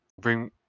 Bring